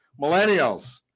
Millennials